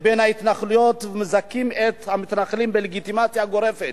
לבין ההתנחלויות ומזכים את המתנחלים בלגיטימציה גורפת.